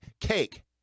cake